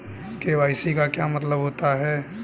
KYC का क्या मतलब होता है?